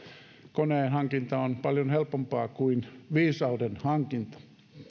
koneen hankinta on paljon helpompaa kuin viisauden hankinta